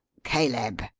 caleb!